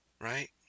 Right